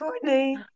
Courtney